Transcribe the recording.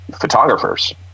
photographers